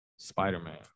Spider-Man